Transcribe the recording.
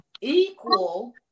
equal